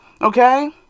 Okay